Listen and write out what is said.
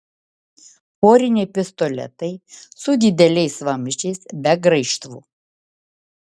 poriniai pistoletai su dideliais vamzdžiais be graižtvų